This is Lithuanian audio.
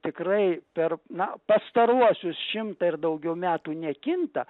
tikrai per na pastaruosius šimtą ir daugiau metų nekinta